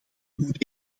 moet